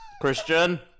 Christian